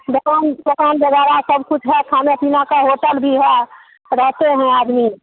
दुकान दुकान वगेरह सब कुछ है खाने पीना का होटल भी है रहते हैं आदमी